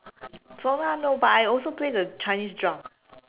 唢呐 no but I also play the chinese drum